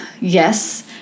yes